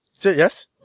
Yes